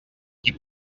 qui